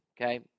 okay